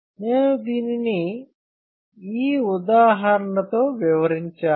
నేను దీనిని ఈ ఉదాహరణతో వివరించాను